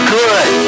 good